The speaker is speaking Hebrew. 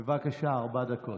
בבקשה, ארבע דקות.